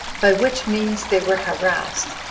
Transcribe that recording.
by which means they were harassed,